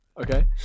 Okay